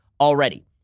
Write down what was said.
already